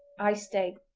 i stay.